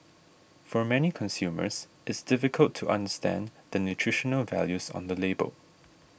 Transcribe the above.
for many consumers it's difficult to understand the nutritional values on the label